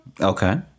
Okay